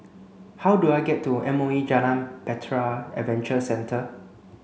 how do I get to M O E Jalan Bahtera Adventure Centre